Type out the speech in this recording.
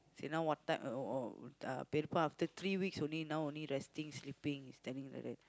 see now what time oh oh uh after three weeks only now only resting sleeping you standing like that